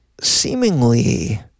seemingly